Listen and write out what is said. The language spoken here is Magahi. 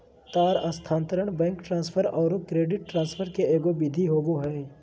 तार स्थानांतरण, बैंक ट्रांसफर औरो क्रेडिट ट्रांसफ़र के एगो विधि होबो हइ